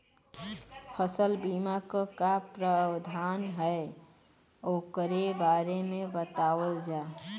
फसल बीमा क का प्रावधान हैं वोकरे बारे में बतावल जा?